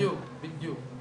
בדיוק בדיוק.